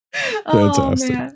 Fantastic